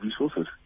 resources